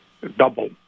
Double